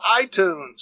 iTunes